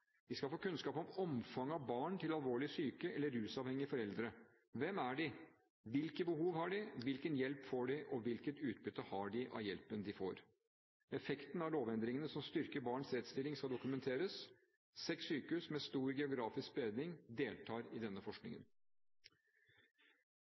Vi skal få kunnskap om omfanget av barn med alvorlig syke eller rusavhengige foreldre: Hvem er de, hvilke behov har de, hvilken hjelp får de, og hvilket utbytte har de av hjelpen de får? Effekten av lovendringene som styrker barns rettsstilling, skal dokumenteres. Seks sykehus med stor geografisk spredning deltar i denne forskningen.